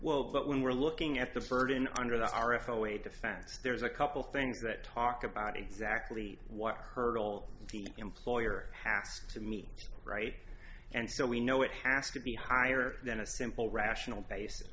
well but when we're looking at the burden under the oracle way defense there's a couple things that talk about exactly what hurdle the employer asks to meet right and so we know it has to be higher than a simple rational basis